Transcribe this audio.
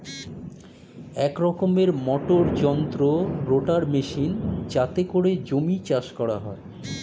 এক রকমের মোটর যন্ত্র রোটার মেশিন যাতে করে জমি চাষ করে